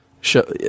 show